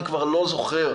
אני כבר לא זוכר,